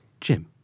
Jim